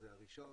הראשון,